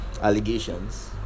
allegations